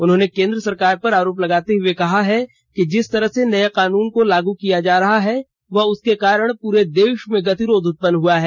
उन्होंने केंद्र सरकार पर आरोप लगाते हुए कहा है कि जिस तरह से नए कानून को लागू किया जा रहा है वह उसके कारण पूरे देश में गतिरोध उत्पन्न हुआ है